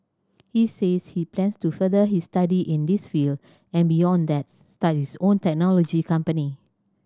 he says he plans to further his study in this field and beyond that start his own technology company